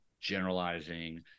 generalizing